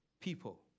people